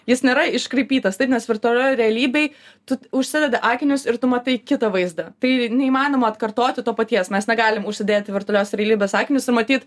jis nėra iškraipytas taip nes virtualioj realybėj tu užsideda akinius ir tu matai kitą vaizdą tai neįmanoma atkartoti to paties mes negalim užsidėti virtualios realybės akinius ir matyt